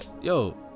yo